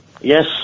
Yes